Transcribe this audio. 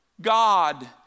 God